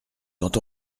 quand